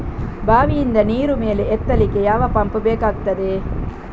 ಬಾವಿಯಿಂದ ನೀರು ಮೇಲೆ ಎತ್ತಲಿಕ್ಕೆ ಯಾವ ಪಂಪ್ ಬೇಕಗ್ತಾದೆ?